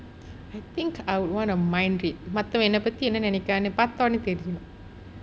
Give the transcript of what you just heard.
I think I would want to mind read மத்தவன் என்ன நினைக்கிறாண்டு பார்த்தோனே தெரியணும்:mattavan enna ninaikirrandu paarthonae theriyanum